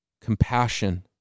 compassion